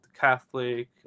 catholic